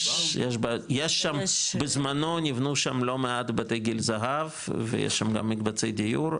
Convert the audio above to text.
יש שם בזמנו נבנו שם לא מעט בתי גיל זהב ויש שם גם מקבצי דיור,